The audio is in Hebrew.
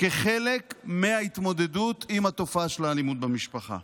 כחלק מההתמודדות עם תופעת האלימות במשפחה.